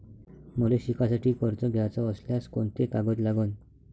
मले शिकासाठी कर्ज घ्याचं असल्यास कोंते कागद लागन?